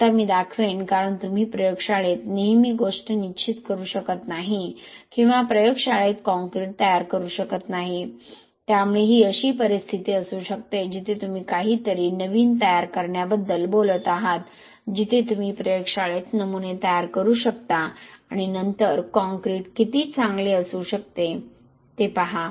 आता मी दाखवेन कारण तुम्ही प्रयोगशाळेत नेहमी गोष्टी निश्चित करू शकत नाही किंवा प्रयोगशाळेत काँक्रीट तयार करू शकत नाही त्यामुळे ही अशी परिस्थिती असू शकते जिथे तुम्ही काहीतरी नवीन तयार करण्याबद्दल बोलत आहात जिथे तुम्ही प्रयोगशाळेत नमुने तयार करू शकता आणि नंतर काँक्रीट किती चांगले असू शकते ते पहा